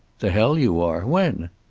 the hell you are! when?